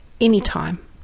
anytime